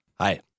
Hi